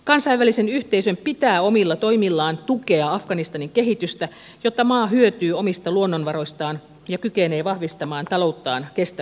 kansainvälisen yhteisön pitää omilla toimillaan tukea afganistanin kehitystä jotta maa hyötyy omista luonnonvaroistaan ja kykenee vahvistamaan talouttaan kestävästi